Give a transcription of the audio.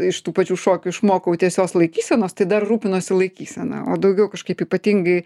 iš tų pačių šokių išmokau tiesios laikysenos tai dar rūpinuosi laikysena o daugiau kažkaip ypatingai